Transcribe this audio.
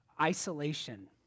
isolation